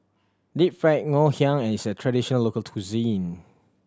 Deep Fried Ngoh Hiang is a traditional local cuisine